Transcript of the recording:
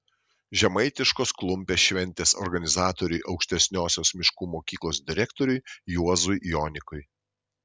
žemaitiškos klumpės šventės organizatoriui aukštesniosios miškų mokyklos direktoriui juozui jonikui